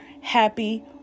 happy